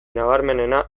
nabarmenena